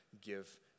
give